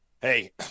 hey